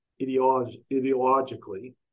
ideologically